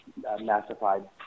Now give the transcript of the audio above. massified